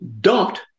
dumped